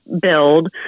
build